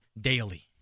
daily